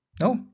No